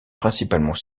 principalement